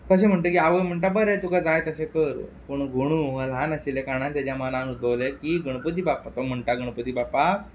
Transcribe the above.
तशें म्हणटकीर आवय म्हणटा बरें तुका जाय तशें कर पूण गणू हो ल्हान आशिल्ल्या कारणान तेच्या मनांत की गणपती बाप्पाक म्हणटा गणपती बाप्पा